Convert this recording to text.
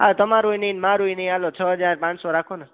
આ તમારું ય નહીં ને મારું ય નહીં ચાલો છ હજાર પાંચસો રાખો ને